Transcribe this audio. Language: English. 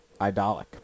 idolic